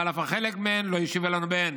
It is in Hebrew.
ואף על חלק מהן לא השיבו לנו בהן.